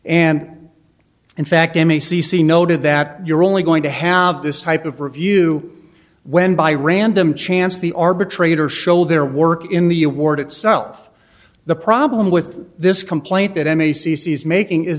and in fact m e c c noted that you're only going to have this type of review when by random chance the arbitrator show their work in the u ward itself the problem with this complaint that m e c c is making is